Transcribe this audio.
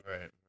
Right